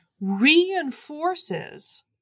reinforces